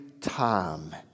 time